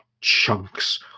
chunks